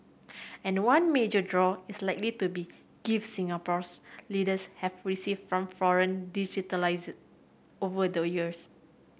and one major draw is likely to be gift Singapore's leaders have received from foreign dignitaries over the years